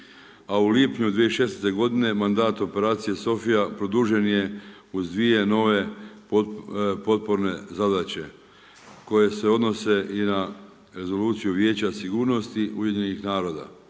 a u lipnju 2016. godine mandat Operacije Sofija produžen je uz dvije nove potporne zadaće koje se odnose i na rezoluciju Vijeća sigurnosti UN-a.